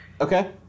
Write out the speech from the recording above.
Okay